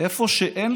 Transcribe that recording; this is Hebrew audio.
איפה שאין,